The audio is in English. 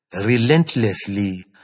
relentlessly